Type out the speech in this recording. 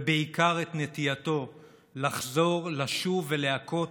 ובעיקר את נטייתו לחזור, לשוב ולהכות